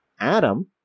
Adam